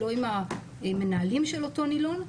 לא עם המנהלים של אותו נילון.